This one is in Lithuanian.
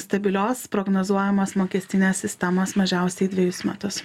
stabilios prognozuojamos mokestinės sistemos mažiausiai dvejus metus